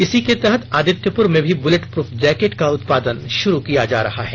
इसी के तहत आदित्यपुर में भी बुलेट प्रफ जैकेट का उत्पादन शुरू किया जा रहा है